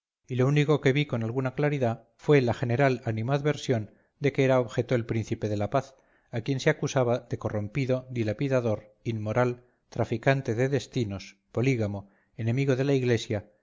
y lo único que vi con alguna claridad fue la general animadversión de que era objeto el príncipe de la paz a quien se acusaba de corrompido dilapidador inmoral traficante de destinos polígamo enemigo de la iglesia